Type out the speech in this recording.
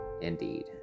indeed